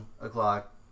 o'clock